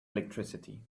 electricity